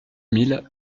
mille